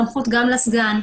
סמכות גם לסגן.